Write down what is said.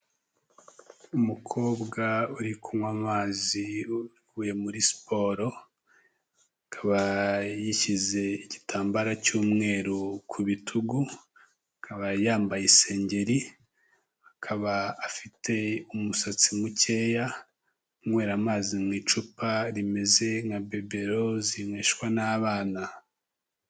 Umukobwa uri kunywa amazi uvuye muri siporo, akaba yishyize igitambaro cy'umweru ku bitugu, akaba yambaye isengeri, akaba afite umusatsi mukeya, unywera amazi mu icupa rimeze nka bibelo zinyweshwa n'abana.